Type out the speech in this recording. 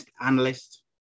analyst